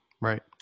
Right